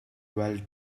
while